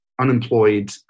unemployed